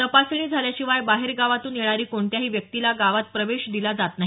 तपासणी झाल्याशिवाय बाहेरगावातून येणारी कोणत्याही व्यक्तीला गावात दिला जात नाही